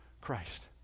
christ